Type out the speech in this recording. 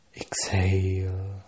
Exhale